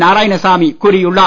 நாராயணசாமி கூறியுள்ளார்